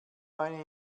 eine